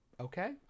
Okay